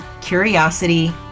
curiosity